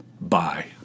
Bye